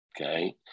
Okay